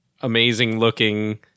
amazing-looking